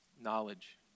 Knowledge